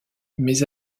mais